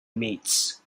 meets